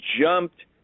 jumped